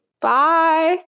Bye